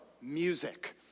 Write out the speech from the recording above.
Music